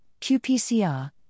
qPCR